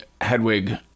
Hedwig